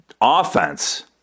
offense